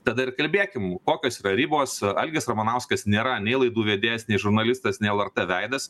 tada ir kalbėkim kokios yra ribos algis ramanauskas nėra nei laidų vedėjas nei žurnalistas nei lrt veidas